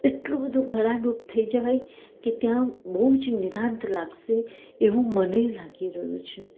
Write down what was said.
એટલું બધુ ગળાં ડૂબ થઈ જવાય કે ત્યાં બહુ જ નિરાંત લાગશે એવું મને લાગી રહ્યું છે